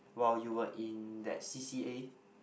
while you were in that c_c_a